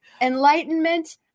enlightenment